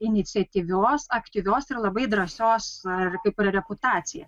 iniciatyvios aktyvios ir labai drąsios ar kaip ir reputaciją